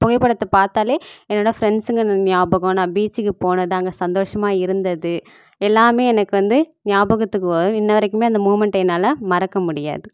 புகைப்படத்தை பார்த்தாலே என்னோட ஃப்ரெண்ட்ஸுங்க நியாபகம் நான் பீச்சுக்கு போனது அங்கே சந்தோஷமாக இருந்தது எல்லாமே எனக்கு வந்து நியாபகத்துக்கு வரும் இன்ன வரைக்குமே அந்த மூமண்டை என்னால் மறக்க முடியாது